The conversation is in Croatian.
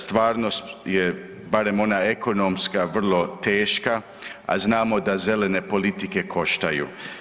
Stvarnost je barem ona ekonomska vrlo teška, a znamo da zelene politike koštaju.